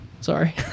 Sorry